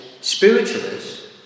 spiritualists